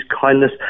kindness